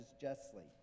justly